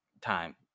time